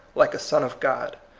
like a son of god.